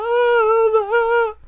over